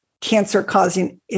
cancer-causing